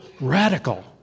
radical